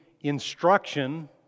instruction